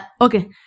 okay